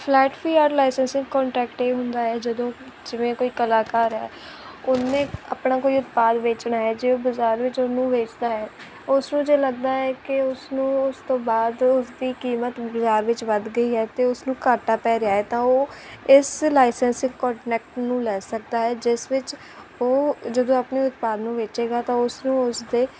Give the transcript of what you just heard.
flat fee art licensing contract ਇਹ ਹੁੰਦਾ ਹੈ ਜਦੋਂ ਜਿਵੇਂ ਕੋਈ ਕਲਾਕਾਰ ਹੈ ਉਹਨੇ ਆਪਣਾ ਕੋਈ ਉਤਪਾਦ ਵੇਚਣਾ ਹੈ ਜੇ ਬਾਜ਼ਾਰ ਵਿੱਚ ਉਹਨੂੰ ਵੇਚਦਾ ਹੈ ਉਸ ਨੂੰ ਜੇ ਲੱਗਦਾ ਹੈ ਕਿ ਉਸ ਨੂੰ ਉਸ ਤੋਂ ਬਾਅਦ ਉਸਦੀ ਕੀਮਤ ਬਾਜ਼ਾਰ ਵਿੱਚ ਵੱਧ ਗਈ ਹੈ ਅਤੇ ਉਸ ਨੂੰ ਘਾਟਾ ਪੈ ਰਿਹਾ ਤਾਂ ਉਹ ਇਸ ਲਾਈਸੈਂਸਿੰਗ ਕੋਂਟਰੈਕਟ ਨੂੰ ਲੈ ਸਕਦਾ ਹੈ ਜਿਸ ਵਿੱਚ ਉਹ ਜਦੋਂ ਆਪਣੇ ਉਤਪਾਦ ਨੂੰ ਵੇਚੇਗਾ ਤਾਂ ਉਸ ਨੂੰ ਉਸ ਦੇ